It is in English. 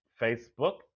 Facebook